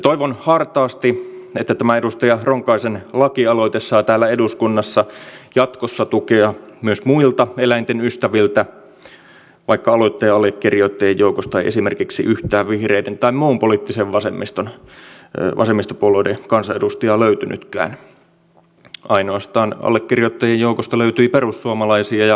toivon hartaasti että tämä edustaja ronkaisen lakialoite saa täällä eduskunnassa jatkossa tukea myös muilta eläinten ystäviltä vaikka aloitteen allekirjoittajien joukosta ei esimerkiksi yhtään vihreiden tai muun poliittisen vasemmistopuolueen kansanedustajia löytynytkään allekirjoittajien joukosta löytyi ainoastaan perussuomalaisia ja keskustalaisia